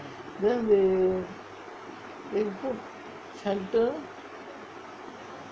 then they put shelter